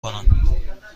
کنم